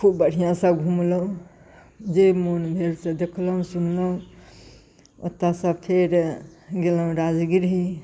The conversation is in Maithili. खूब बढ़िआसँ घूमलहुँ जे मोन भेल से देखलहुँ सुनलहुँ ओतऽसँ फेर गेलहुँ राजगिढ़ी